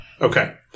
Okay